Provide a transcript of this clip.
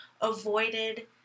avoided